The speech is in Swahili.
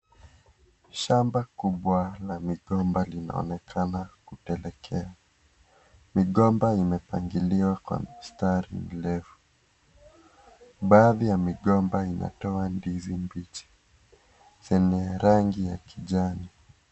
Shamba kubwa la migomba linaonekana kutelekea migomba imepangiliwa kwa mistari mirefu baadhi ya migomba inatoa ndizi mbichi zenye rangi ya kijani.